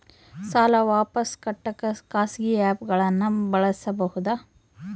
ಸಾಲ ವಾಪಸ್ ಕಟ್ಟಕ ಖಾಸಗಿ ಆ್ಯಪ್ ಗಳನ್ನ ಬಳಸಬಹದಾ?